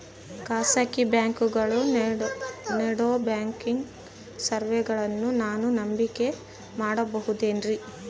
ಖಾಸಗಿ ಬ್ಯಾಂಕುಗಳು ನೇಡೋ ಬ್ಯಾಂಕಿಗ್ ಸರ್ವೇಸಗಳನ್ನು ನಾನು ನಂಬಿಕೆ ಮಾಡಬಹುದೇನ್ರಿ?